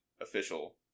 official